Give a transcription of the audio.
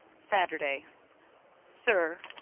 saturday sir,